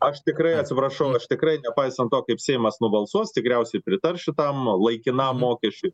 aš tikrai atsiprašau aš tikrai nepaisant to kaip seimas nubalsuos tikriausiai pritars šitam laikinam mokesčiui